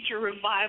revival